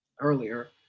earlier